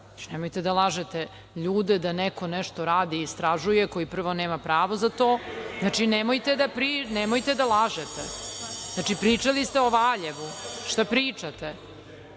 Nemojte da lažete ljude da neko nešto radi i istražuje, koji prvo nema pravo za to. Nemojte da lažete. Pričali ste o Valjevu. Šta pričate?